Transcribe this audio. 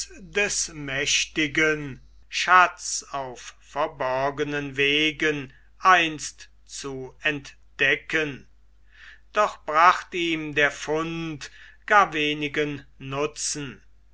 des mächtigen schatz auf verborgenen wegen einst zu entdecken doch bracht ihm der fund gar wenigen nutzen